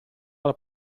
alla